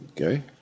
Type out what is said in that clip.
okay